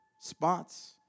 spots